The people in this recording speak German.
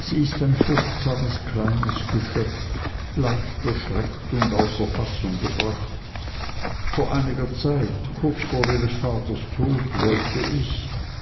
sie ist ein furchtsames kleines geschöpf leicht erschreckt und außer fassung gebracht vor einiger zeit kurz vor ihres vaters tod wollte ich